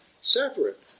separate